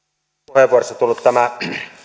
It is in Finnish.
puheenvuorossa tullut tämä